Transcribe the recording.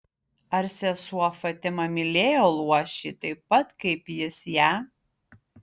ar sesuo fatima mylėjo luošį taip pat kaip jis ją